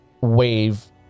wave